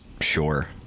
Sure